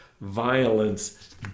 violence